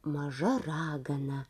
maža ragana